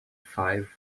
five